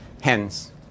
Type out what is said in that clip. Hence